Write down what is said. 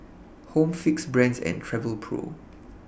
Home Fix Brand's and Travelpro